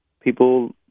people